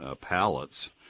pallets